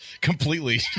completely